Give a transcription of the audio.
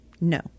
No